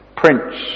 prince